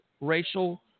racial